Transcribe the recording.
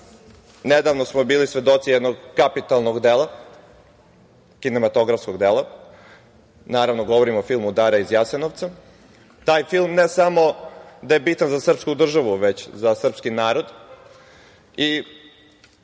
Nedavno smo bili svedoci jednog kapitalnog dela, kinematografskog dela, naravno, govorim o filmu „Dara iz Jasenovca“. Taj film ne samo da je bitan za srpsku državu, već i za srpski narod.